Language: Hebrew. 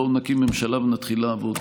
בואו נקים ממשלה ונתחיל לעבוד.